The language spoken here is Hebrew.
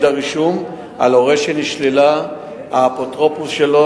הרישום על הורה שנשללה האפוטרופסות שלו.